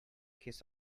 kiss